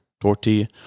tortilla